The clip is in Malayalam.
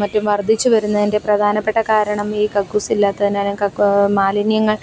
മറ്റും വർദ്ധിച്ചു വരുന്നതിൻ്റെ പ്രധാനപ്പെട്ട കാരണം ഈ കക്കൂസില്ലാത്തതിനാലും കക്ക് മാലിന്യങ്ങൾ